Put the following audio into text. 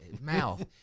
mouth